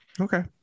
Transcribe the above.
Okay